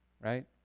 right